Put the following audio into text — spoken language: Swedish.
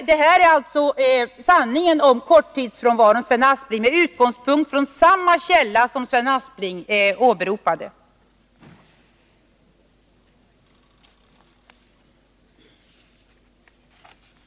Detta är alltså sanningen om korttidsfrånvaron, Sven Aspling, med utgångspunkt från samma källa som Sven Aspling åberopade.